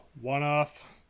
one-off